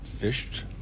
fished